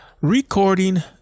recording